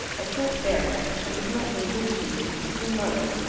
i can't bear she has not been good to you your mother.